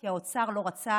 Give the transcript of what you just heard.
כי האוצר לא רצה